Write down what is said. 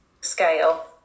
scale